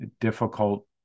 difficult